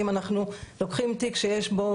אם אנחנו לוקחים תיק שיש בו,